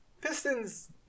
Pistons